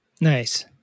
Nice